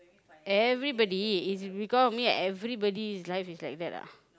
everybody it's because of me everybody's life is like that ah